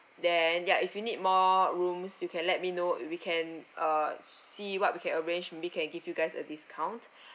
then ya if you need more rooms you can let me know if we can uh see what we can arrange maybe can give you guys a discount